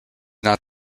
not